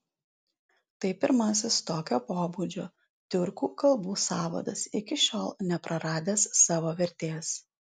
tai pirmasis tokio pobūdžio tiurkų kalbų sąvadas iki šiol nepraradęs savo vertės